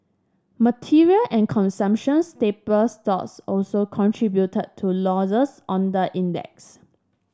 material and staple stocks also contributed to losses on the index